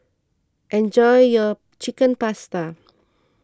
enjoy your Chicken Pasta